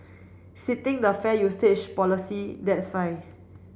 sitting the fair usage policy that's fine